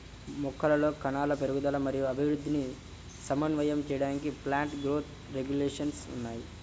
మొక్కలలో కణాల పెరుగుదల మరియు అభివృద్ధిని సమన్వయం చేయడానికి ప్లాంట్ గ్రోత్ రెగ్యులేషన్స్ ఉన్నాయి